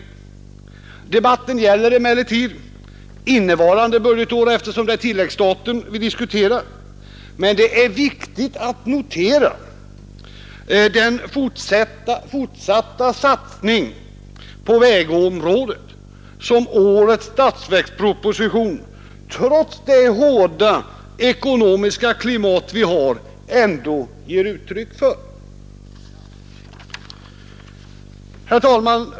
Debatten gäller emellertid innevarande budgetår, eftersom det är tilläggsstaten vi diskuterar, men det är viktigt att notera den fortsatta satsningen på vägområdet som årets statsverksproposition trots det hårda ekonomiska klimat vi har ändå ger uttryck för. Herr talman!